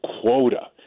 quota